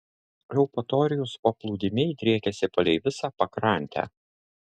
eupatorijos paplūdimiai driekiasi palei visą pakrantę